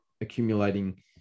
accumulating